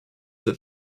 that